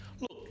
look